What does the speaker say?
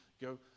go